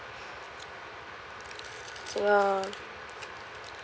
ya